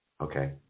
Okay